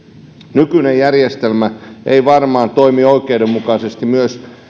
nykyinen järjestelmä ei varmaan toimi oikeudenmukaisesti myöskään